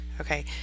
Okay